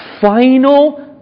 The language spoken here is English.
final